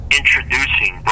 introducing